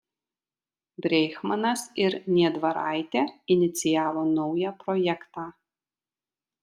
breichmanas ir niedvaraitė inicijavo naują projektą